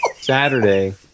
Saturday